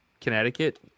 Connecticut